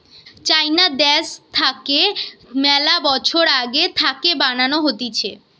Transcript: চাইনা দ্যাশ থাকে মেলা বছর আগে থাকে বানানো হতিছে